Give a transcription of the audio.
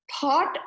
thought